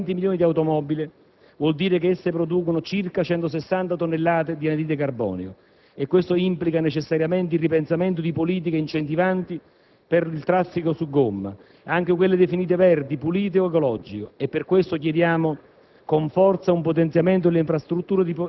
Se si pensa che in Italia ci sono circa 20 milioni di automobili, vuol dire che esse producono circa 160 tonnellate di anidride carbonica. Questo implica necessariamente il ripensamento di politiche incentivanti per il traffico su gomma, anche per le automobili definite «verdi», «pulite» o «ecologiche». Per questo chiediamo